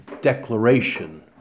declaration